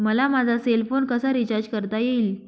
मला माझा cell phone कसा रिचार्ज करता येईल?